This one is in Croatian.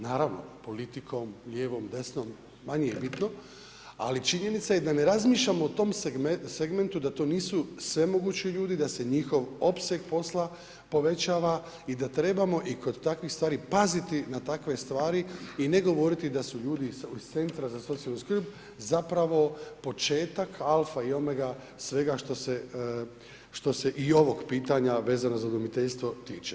Naravno politikom, lijevom, desnom, manje je bitno ali činjenica je da ne razmišljamo o tom segmentu da to nisu svemogući ljudi da se njihov opseg posla povećava i da trebamo i kod takvih stvari paziti na takve stvari i ne govoriti da su ljudi iz centra za socijalnu skrb zapravo početak alfa i omega svega što se i ovog pitanja vezano za udomiteljstvo tiče.